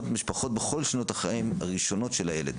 המשפחות בכל שנות החיים הראשונות של הילד.